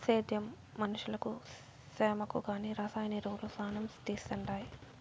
సేద్యం మనుషులకు సేమకు కానీ రసాయన ఎరువులు పానం తీస్తండాయి